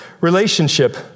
relationship